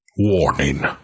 Warning